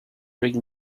bring